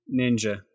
Ninja